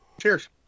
Cheers